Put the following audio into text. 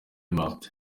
martin